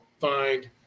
find